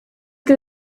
que